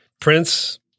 Prince